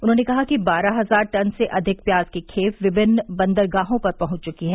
उन्होंने कहा कि बारह हजार टन से अधिक प्याज की खेप विभिन्न बंदरगाहों पर पहंच चुकी है